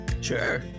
Sure